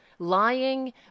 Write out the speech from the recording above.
Lying